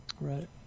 Right